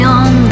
on